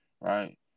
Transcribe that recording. right